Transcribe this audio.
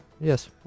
yes